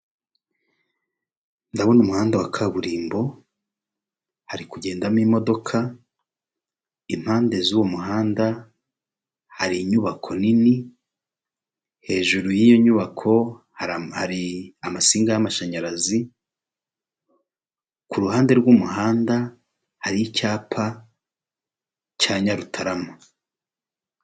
Ndabona umuhanda wa kaburimbo hari kugendamo imodoka impande z'uwo muhanda hari inyubako nini hejuru y'iyo nyubako hara hari amasinga y'amashanyarazi kuhande rw'umuhanda hari icyapa cya nyarutarama.